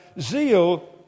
zeal